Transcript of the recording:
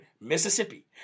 Mississippi